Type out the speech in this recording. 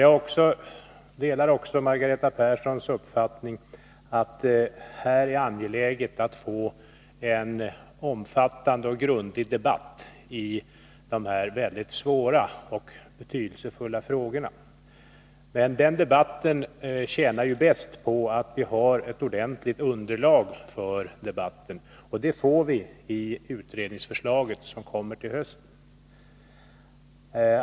Jag instämmer också i att det är angeläget att vi får en omfattande och grundlig debatt om dessa mycket svåra och betydelsefulla frågor. Men den debatten gagnas mest av att vi har ett ordentligt underlag, och det får vi med utredningsförslaget till hösten.